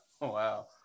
Wow